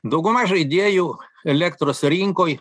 dauguma žaidėjų elektros rinkoj